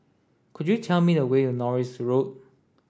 could you tell me the way to Norris Road